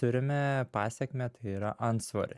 turime pasekmę tai yra antsvorį